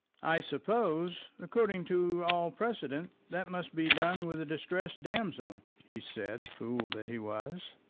i suppose, according to all precedent, that must be done with the distressed damsel, he said fool that he was.